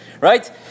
right